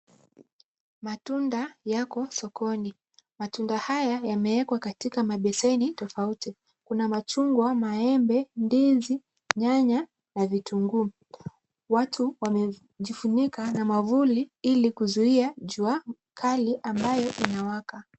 Matunda yako sokoni. Matunda haya yameekwa katika mabesheni tofauti. Kuna machungwa, maembe. ndizi, nyanya na vitunguu. Watu wamejifunika na mwavuli ili kuzuia jua kali ambayo inawaka.